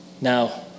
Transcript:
Now